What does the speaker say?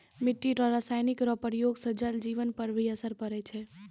मिट्टी मे रासायनिक रो प्रयोग से जल जिवन पर भी असर पड़ै छै